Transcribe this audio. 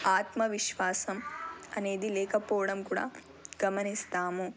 ఆత్మవిశ్వాసం అనేది లేకపోవడం కూడా గమనిస్తాము